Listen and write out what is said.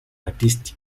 artist